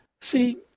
see